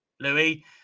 Louis